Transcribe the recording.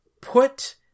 put